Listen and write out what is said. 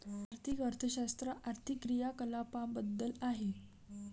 आर्थिक अर्थशास्त्र आर्थिक क्रियाकलापांबद्दल आहे